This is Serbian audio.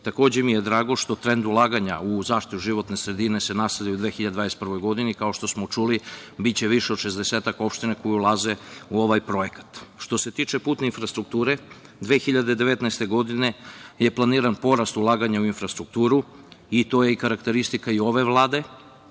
sistem. Takođe mi je drago što trend ulaganja u zaštitu životne sredine se nastavlja i u 2021. godini. Kao što smo čuli, biće više od 60-ak opština koje ulaze u ovaj projekat. Što se tiče putne infrastrukture, 2019. godine je planiran porast ulaganja u infrastrukturu i to je karakteristika i ove Vlade,